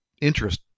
interest